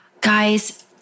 Guys